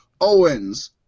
Owens